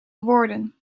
woorden